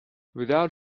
without